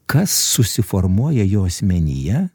kas susiformuoja jo asmenyje